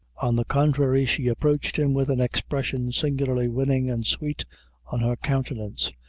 on the contrary, she approached him with an expression singularly winning and sweet on her countenance,